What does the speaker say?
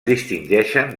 distingeixen